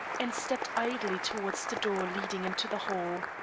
and stepped idly towards the door leading into the hall.